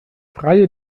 freie